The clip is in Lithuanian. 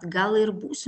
gal ir būsiu